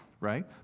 right